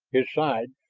his side,